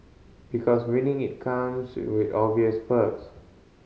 because winning it comes with obvious perks